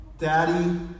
Daddy